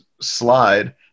slide